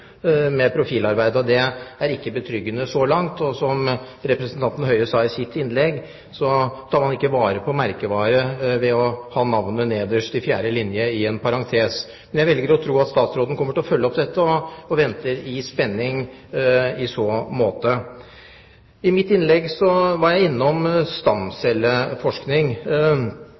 med profilarbeidet. Det er ikke betryggende så langt. Som representanten Høie sa i sitt innlegg: Man tar ikke vare på en merkevare ved å ha navnet nederst, i fjerde linje i en parentes. Men jeg velger å tro at statsråden kommer til å følge opp dette, og venter i spenning i så måte. I mitt innlegg var jeg innom stamcelleforskning.